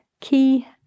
key